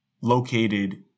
located